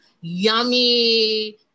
yummy